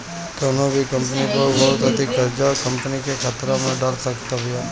कवनो भी कंपनी पअ बहुत अधिका कर्जा कंपनी के खतरा में डाल सकत बिया